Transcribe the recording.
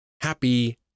Happy